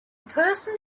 person